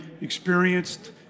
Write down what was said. experienced